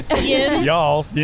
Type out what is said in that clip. Y'all